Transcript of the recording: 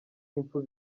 impfu